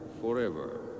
forever